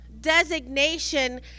designation